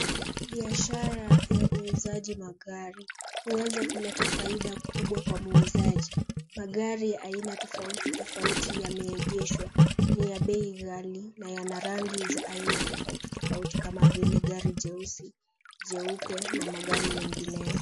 Biashara ya uuzaji magari huweza kuleta faida kubwa kwa muuzaji. Magari aina tofauti tofauti yameegeshwa. Ni ya bei ghali na yana rangi za aina tofauti tofauti kama vile gari jeusi, jeupe na magari mengineo.